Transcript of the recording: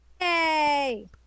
Yay